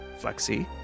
Flexi